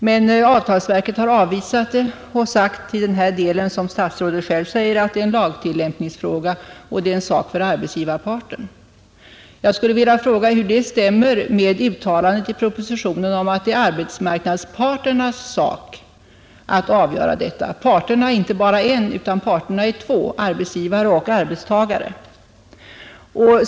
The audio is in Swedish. Men avtalsverket har avvisat denna begäran och sagt — liksom statsrådet Löfberg här har framhållit — att det var en lagtillämpningsfråga och en sak för arbetsgivarparten. Då vill jag fråga hur det stämmer med uttalandet i propositionen att det är arbetsmarknadsparternas sak att fastställa arbetstidslagens tillämpningsområde. Och parterna är ju två: arbetsgivare och arbetstagare.